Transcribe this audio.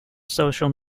social